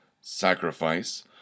Sacrifice